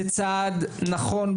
זה צעד נכון,